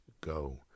go